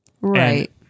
Right